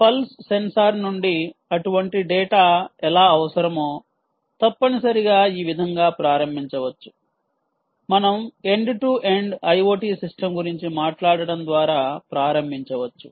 pulse sensor నుండి అటువంటి data ఎలా అవసరమో తప్పనిసరిగా ఈ విధంగా ప్రారంభించవచ్చు మనం end to end IoT system గురించి మాట్లాడటం ద్వారా ప్రారంభించవచ్చు